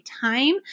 time